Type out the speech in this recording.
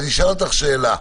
אשאל אותך שאלה: